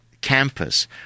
campus